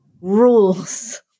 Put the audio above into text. rules